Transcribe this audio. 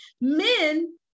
men